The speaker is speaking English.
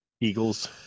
Eagles